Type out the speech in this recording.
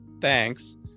thanks